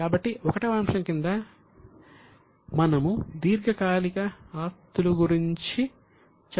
కాబట్టి 1వ అంశం కింద మనం దీర్ఘకాలిక ఆస్తుల గురించి చర్చించాము